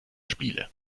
spiele